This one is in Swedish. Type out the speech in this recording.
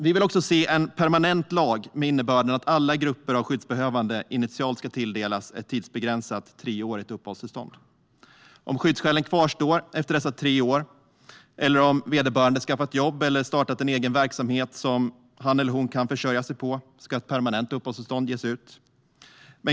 Vi vill också se en permanent lag med innebörden att alla grupper av skyddsbehövande initialt ska tilldelas ett tidsbegränsat treårigt uppehållstillstånd. Om skyddsskälen kvarstår efter dessa tre år, eller om vederbörande skaffat jobb eller startat en egen verksamhet som han eller hon kan försörja sig på, ska ett permanent uppehållstillstånd ges.